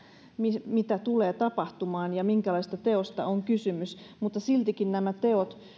mitä mitä tulee tapahtumaan ja minkälaisesta teosta on kysymys siltikin nämä teot